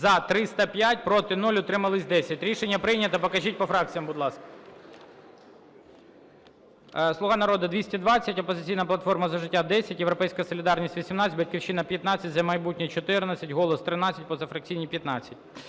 За-305 Проти – 0, утримались – 10. Рішення прийнято. Покажіть по фракціям, будь ласка. "Слуга народу" – 220, "Опозиційна платформа – За життя" – 10, "Європейська солідарність" – 18,"Батьківщина" – 15, "За майбутнє" – 14, "Голос" – 13, позафракційні – 15.